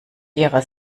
ihrer